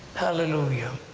hallelujah!